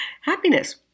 happiness